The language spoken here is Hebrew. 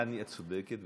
את צודקת,